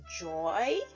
joy